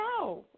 no